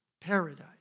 paradise